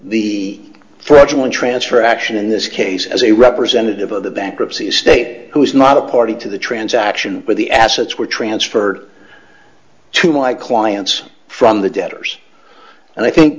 the fraudulent transfer action in this case as a representative of the bankruptcy estate who is not a party to the transaction or the assets were transferred to my clients from the debtors and i think